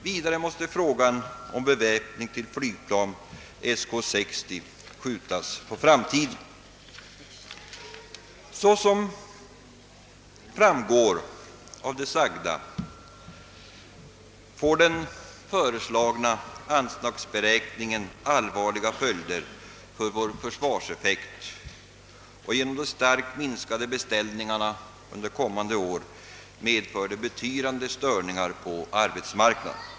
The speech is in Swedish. Vidare måste frågan om beväpning till flygplan Sk 60 skjutas på framtiden. Såsom framgår av det sagda får den föreslagna anslagsberäkningen allvarliga följder för vår försvarseffekt och medför genom de starkt minskade beställningarna under kommande år betydande störningar på arbetsmarknaden.